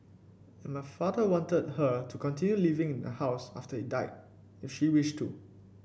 and my father wanted her to continue living in the house after he died if she wished to